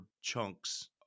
chunks